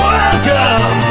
Welcome